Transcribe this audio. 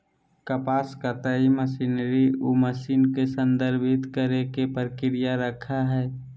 कपास कताई मशीनरी उ मशीन के संदर्भित करेय के प्रक्रिया रखैय हइ